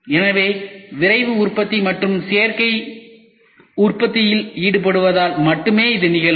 எனவே விரைவு உற்பத்தி மற்றும் சேர்க்கை உற்பத்தியில் ஈடுபடுவதால் மட்டுமே இது நிகழும்